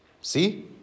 See